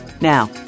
Now